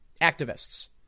activists